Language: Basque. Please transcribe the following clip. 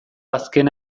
azkena